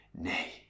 nay